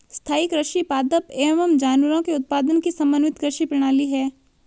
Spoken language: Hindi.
स्थाईं कृषि पादप एवं जानवरों के उत्पादन की समन्वित कृषि प्रणाली है